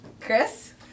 Chris